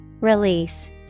Release